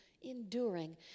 enduring